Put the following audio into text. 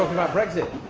about brexit?